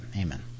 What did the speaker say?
Amen